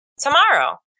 tomorrow